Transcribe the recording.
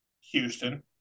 Houston